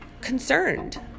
concerned